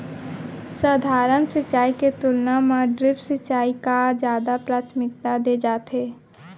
सधारन सिंचाई के तुलना मा ड्रिप सिंचाई का जादा प्राथमिकता दे जाथे